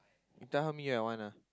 you tell her meet you at one ah